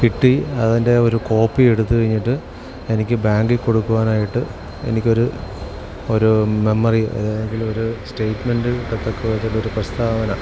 കിട്ടി അതിൻ്റെ ഒരു കോപ്പിയെടുത്ത് കഴിഞ്ഞിട്ട് എനിക്ക് ബാങ്കിൽ കൊടുക്കുവാനായിട്ട് എനിക്കൊരു ഒരു മെമ്മറി അല്ലെങ്കിൽ ഒരു സ്റ്റേറ്റ്മെൻ്റ് കിട്ടത്തക്ക രീതിയിലൊരു പ്രസ്താവന